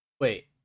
wait